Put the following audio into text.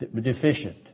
deficient